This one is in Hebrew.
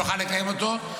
נוכל לקיים אותו,